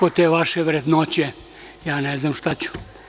Od te vaše vrednoće ja ne znam šta ću.